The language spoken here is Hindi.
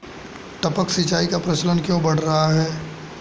टपक सिंचाई का प्रचलन क्यों बढ़ रहा है?